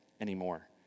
anymore